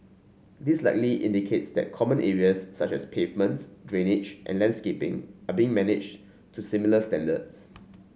this likely indicates that common areas such as pavements drainage and landscaping are being managed to similar standards